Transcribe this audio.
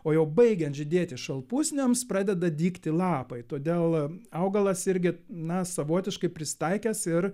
o jau baigiant žydėti šalpusniams pradeda dygti lapai todėl augalas irgi na savotiškai prisitaikęs ir